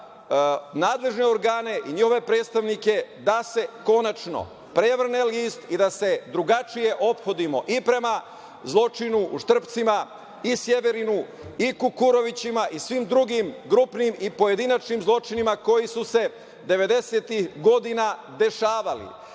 nadležne organe i njihove predstavnike da se konačno prevrne list i da se drugačije ophodimo i prema zločinu u Štrpcima i Sjeverinu i Kukurovićima i svim drugim grupnim i pojedinačnim zločinima koji su se 90-ih godina dešavali,